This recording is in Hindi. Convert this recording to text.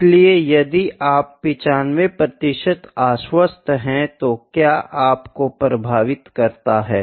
इसलिए यदि आप 95 प्रतिशत आश्वस्त हैं तो क्या आपको प्रभावित करता है